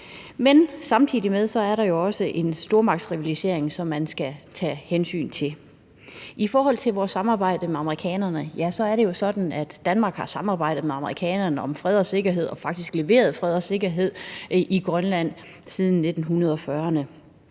Men samtidig er der jo også en stormagtsrivalisering, som man skal tage hensyn til. I forhold til vores samarbejde med amerikanerne er det jo sådan, at Danmark har samarbejdet med amerikanerne om fred og sikkerhed og faktisk leveret fred og sikkerhed i Grønland siden 1940'erne.